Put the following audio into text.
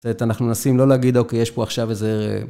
אנחנו מנסים לא להגיד, אוקיי, יש פה עכשיו איזה...